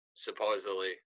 supposedly